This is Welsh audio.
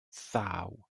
thaw